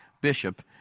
bishop